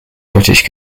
british